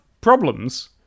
problems